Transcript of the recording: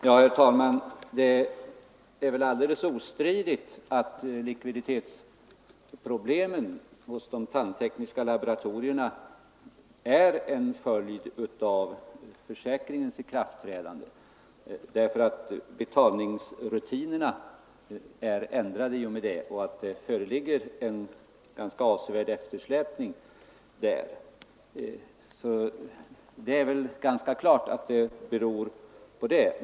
Herr talman! Det är väl alldeles ostridigt att likviditetsproblemen hos de tandtekniska laboratorierna är en följd av tandvårdsförsäkringens ikraftträdande. Därmed ändrades betalningsrutinerna, och det är väl ganska klart att den rätt betydande eftersläpning som föreligger beror på detta.